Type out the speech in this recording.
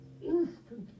Instantly